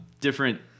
Different